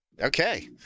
Okay